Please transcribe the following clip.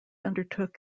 undertook